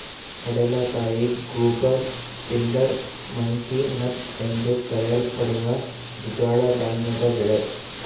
ಕಡಲೆಕಾಯಿ goober pindar monkey nut ಎಂದೂ ಕರೆಯಲ್ಪಡುವ ದ್ವಿದಳ ಧಾನ್ಯದ ಬೆಳೆ